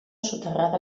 soterrada